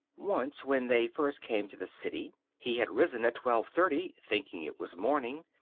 once, when they first came to the city, he had risen at twelve-thirty, thinking it was morning,